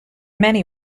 many